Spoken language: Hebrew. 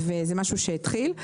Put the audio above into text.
זה משהו שהתחיל.